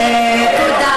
תודה.